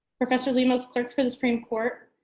professor lemos clerked for the supreme court,